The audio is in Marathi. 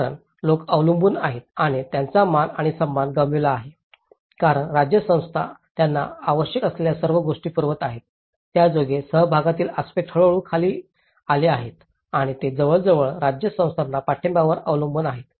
कारण लोक अवलंबून आहेत आणि त्यांचा मान आणि सन्मान गमावला आहे कारण राज्य संस्था त्यांना आवश्यक असलेल्या सर्व गोष्टी पुरवत आहेत त्यायोगे सहभागातील आस्पेक्ट हळूहळू खाली आले आहेत आणि ते जवळजवळ राज्य संस्थांच्या पाठिंब्यावर अवलंबून आहेत